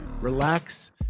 relax